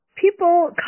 People